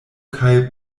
kaj